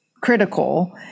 critical